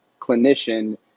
clinician